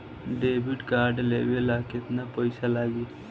Debit card लेवे ला केतना पईसा लागी?